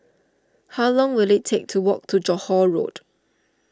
how long will it take to walk to Johore Road